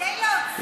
כדי להוציא לו עין,